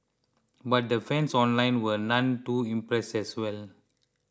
but the fans online were none too impressed as well